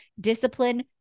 discipline